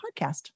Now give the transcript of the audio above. podcast